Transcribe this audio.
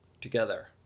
together